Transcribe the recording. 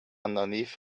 underneath